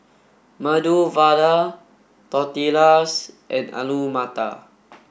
Medu Vada Tortillas and Alu Matar